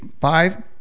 Five